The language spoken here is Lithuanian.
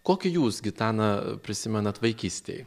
kokį jūs gitaną prisimenat vaikystėj